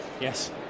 Yes